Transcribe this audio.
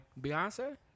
Beyonce